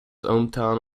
hometown